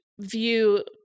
view